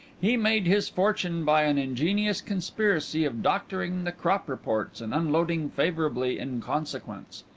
he made his fortune by an ingenious conspiracy of doctoring the crop reports and unloading favourably in consequence.